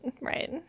right